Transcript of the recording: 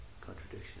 contradiction